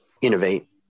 innovate